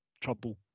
trouble